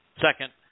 Second